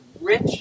rich